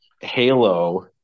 Halo